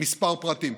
כמה פרטים: